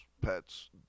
pets